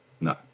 No